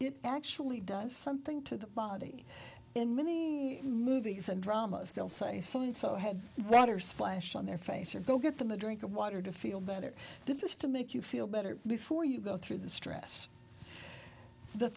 it actually does something to the body in many movies and dramas they'll say so and so had water splashed on their face or go get them a drink of water to feel better this is to make you feel better before you go through the stress the